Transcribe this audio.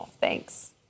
Thanks